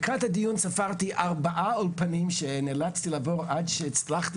לקראת הדיון ספרתי ארבעה אולפנים שנאלצתי לעבור עד שהצלחתי